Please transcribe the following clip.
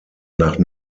nach